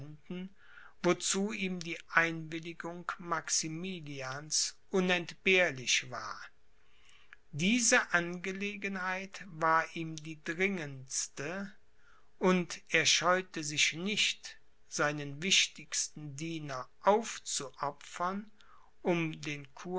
wozu ihm die einwilligung maximilians unentbehrlich war diese angelegenheit war ihm die dringendste und er scheute sich nicht seinen wichtigsten diener aufzuopfern um den